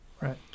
Right